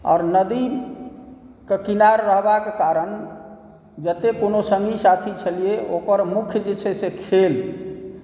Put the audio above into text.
आओर नदीके किनार रहबाक कारण जते कोनो सङ्गी साथी छलिए ओकर मुख्य जे छै से खेल